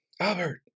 Albert